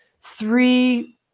three